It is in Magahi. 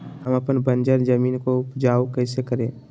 हम अपन बंजर जमीन को उपजाउ कैसे करे?